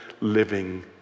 living